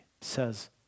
says